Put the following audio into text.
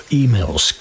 emails